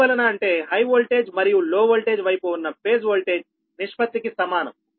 ఎందువలన అంటే high voltage మరియు లో వోల్టేజ్ వైపు ఉన్న ఫేజ్ ఓల్టేజ్ నిష్పత్తికి సమానం